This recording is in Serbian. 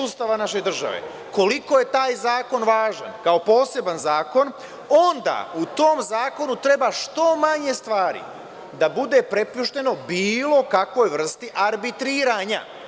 Ustava naše države koliko je taj zakon važan kao poseban zakon, onda u tom zakonu treba što manje stvari da bude prepušteno bilo kakvoj vrsti arbitriranja.